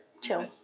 chill